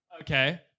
Okay